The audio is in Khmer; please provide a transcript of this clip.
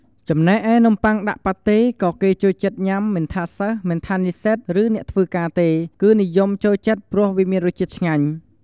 ចំណែកឯនំំបុ័ងដាក់ប៉ាតេក៏គេចូលចិត្តញុាំមិនថាសិស្សិ មិនថានិស្សិត ឬអ្នកធ្វើការទេគឺនិយមចូលចិត្តព្រោះវាមានរសជាតិឆ្ងាញ់។